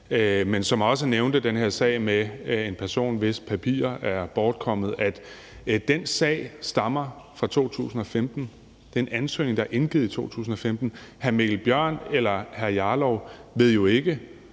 men han nævnte også den her sag med en person, hvis papirer er bortkommet – sige, at den sag stammer fra 2015. Det er en ansøgning, der er indgivet i 2015. Hr. Mikkel Bjørn eller hr. Rasmus Jarlov ved jo ikke,